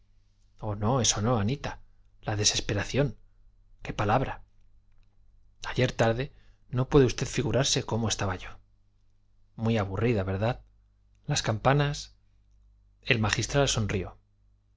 oh no eso no anita la desesperación qué palabra ayer tarde no puede usted figurarse cómo estaba yo muy aburrida verdad las campanas el magistral sonrió